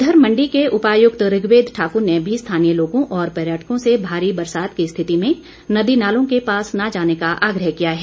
उघर मंडी के उपायुक्त ऋग्वेद ठाकुर ने भी स्थानीय लोगों और पर्यटकों से भारी बरसात की स्थिति में नदी नालों के पास न जाने का आग्रह किया है